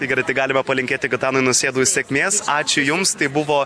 tai gerai tai galime palinkėti gitanui nausėdui sėkmės ačiū jums tai buvo